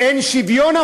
אין אפילו שוויון.